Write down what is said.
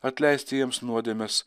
atleisti jiems nuodėmes